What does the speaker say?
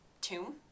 tomb